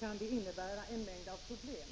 kan det innebära en mängd av problem.